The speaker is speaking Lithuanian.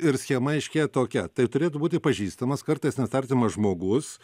ir schema aiškėja tokia tai turėtų būti pažįstamas kartais net artimas žmogus